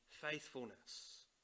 faithfulness